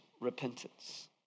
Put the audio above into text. repentance